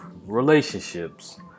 relationships